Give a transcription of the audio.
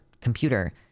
computer